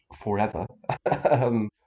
forever